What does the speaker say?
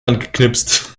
angeknipst